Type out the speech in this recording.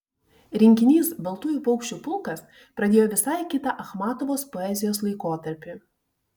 rinkinys baltųjų paukščių pulkas pradėjo visai kitą achmatovos poezijos laikotarpį